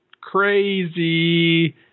crazy